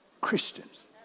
Christians